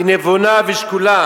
הוא נבון ושקול.